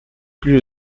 plus